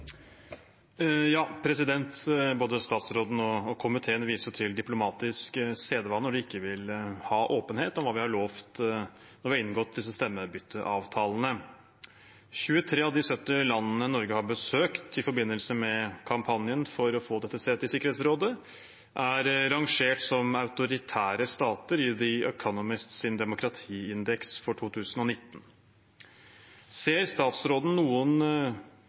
Både utenriksministeren og komiteen viser til diplomatisk sedvane når de ikke vil ha åpenhet om hva vi lovet da vi inngikk disse stemmebytteavtalene. 23 av de 70 landene Norge har besøkt i forbindelse med kampanjen for å få dette setet i Sikkerhetsrådet, er rangert som autoritære stater i The Economists demokratiindeks for 2019. Ser utenriksministeren noen